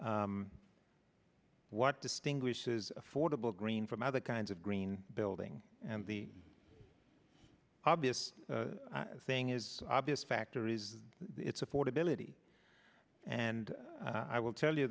what distinguishes affordable green from other kinds of green building and the obvious thing is obvious factor is it's affordability and i will tell you